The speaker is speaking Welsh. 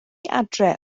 adre